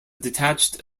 detached